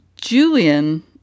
Julian